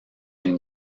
une